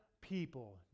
people